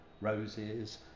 roses